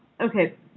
Okay